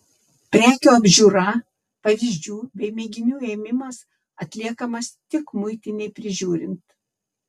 prekių apžiūra pavyzdžių bei mėginių ėmimas atliekamas tik muitinei prižiūrint